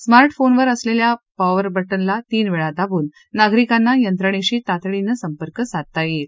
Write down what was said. स्मा कोनवर असलेलं पॉवर ब तीन वेळा दाबून नागरिकांना यंत्रणेशी तातडीनं संपर्क साधता येईल